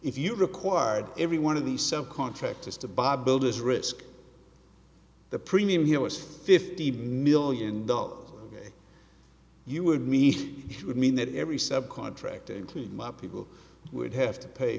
if you required every one of the cell contractors to buy builders risk the premium here was fifty million dollars you would meet would mean that every subcontractor including my people would have to pay